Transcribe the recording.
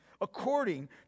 according